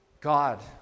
God